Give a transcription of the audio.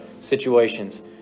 situations